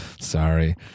Sorry